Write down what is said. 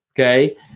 Okay